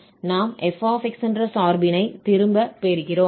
நாம் f என்ற சார்பினை திரும்பப் பெறுகிறோம்